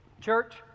Church